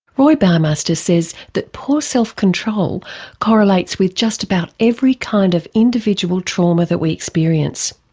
roy baumeister says that poor self-control correlates with just about every kind of individual trauma that we experience.